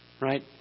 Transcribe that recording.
Right